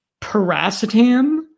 paracetam